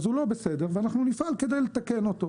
הוא לא בסדר ואנחנו נפעל כדי לתקן אותו.